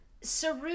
Saru